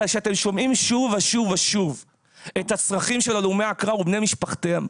אבל כשאתם שומעים שוב ושוב את הצרכים של הלומי קרב ובני משפחותיהם,